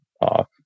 off